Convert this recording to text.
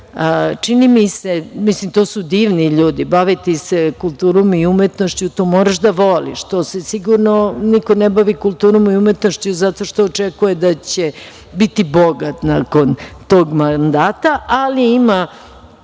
izbora direktora, to su divni ljudi, baviti se kulturom i umetnošću, to moraš da voliš, sigurno se niko ne bavi kulturom i umetnošću zato što očekuje da će biti bogat nakon tog mandata, ali ima